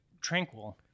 tranquil